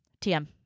TM